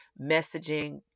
messaging